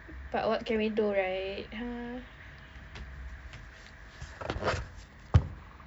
but what can we do right !huh!